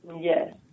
Yes